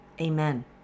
Amen